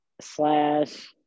slash